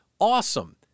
Awesome